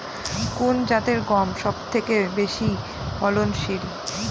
কোন জাতের গম সবথেকে বেশি ফলনশীল?